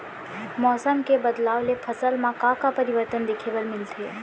मौसम के बदलाव ले फसल मा का का परिवर्तन देखे बर मिलथे?